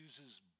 uses